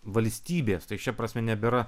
valstybės tai šia prasme nebėra